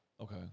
Okay